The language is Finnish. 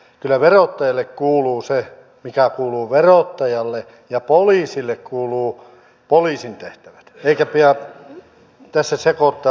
kyllä verottajalle kuuluu se mikä kuuluu verottajalle ja poliisille kuuluvat poliisin tehtävät eikä pidä tässä sekoittaa puuroja ja vellejä